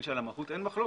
- על המהות אין מחלוקת.